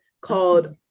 called